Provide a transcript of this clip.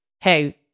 hey